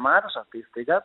marža tai staiga